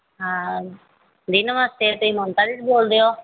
ਹਾਂ ਦੀ ਨਮਸਤੇ ਤੁਸੀਂ ਮਮਤਾ ਦੀਦੀ ਬੋਲਦੇ ਹੋ